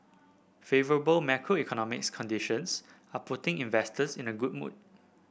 favourable macroeconomic conditions are putting investors in a good mood